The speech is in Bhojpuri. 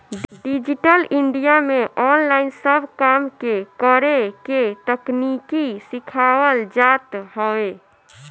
डिजिटल इंडिया में ऑनलाइन सब काम के करेके तकनीकी सिखावल जात हवे